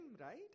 right